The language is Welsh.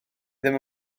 ddim